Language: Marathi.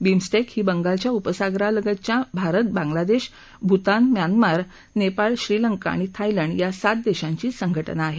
बिमस्टेक ही बंगालच्या उपसागरालगतच्या भारत बांगलादेश भूतान म्यानमार नेपाळ श्रीलंका आणि थायलंड या सात देशांची संघटना आहे